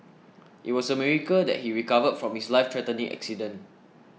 it was a miracle that he recovered from his lifethreatening accident